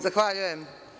Zahvaljujem.